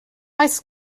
oes